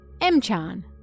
M-Chan